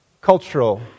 cultural